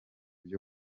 vyo